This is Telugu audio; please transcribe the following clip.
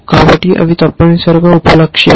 కాబట్టి అవి తప్పనిసరిగా ఉప లక్ష్యాలు